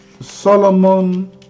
Solomon